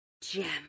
gem